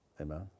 Amen